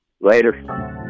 Later